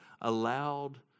allowed